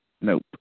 Nope